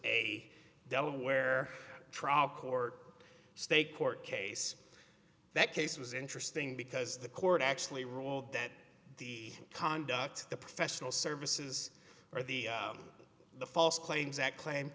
a delaware trial court state court case that case was interesting because the court actually ruled that the conduct the professional services or the the false claims act claim